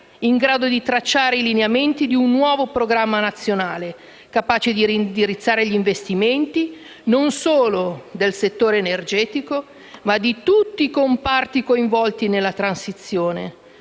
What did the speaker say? in grado di tracciare i lineamenti di un nuovo programma nazionale, capace di indirizzare gli investimenti, non solo del settore energetico ma di tutti i comparti coinvolti nella transizione.